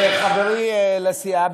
חברי לסיעה,